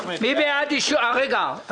מי בעד אישור ההודעה?